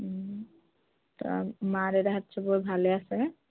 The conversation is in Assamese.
মা দেউতাহঁত চব ভালে আছে